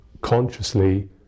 consciously